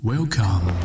Welcome